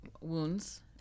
wounds